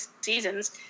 seasons